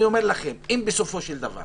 אני אומר לכם, אם בסופו של דבר